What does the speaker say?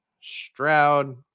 Stroud